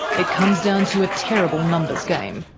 it comes down to a terrible numbers game.